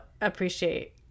appreciate